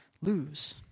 lose